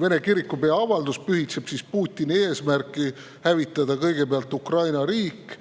Vene kirikupea avaldus pühitseb Putini eesmärki hävitada kõigepealt Ukraina riik